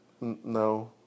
No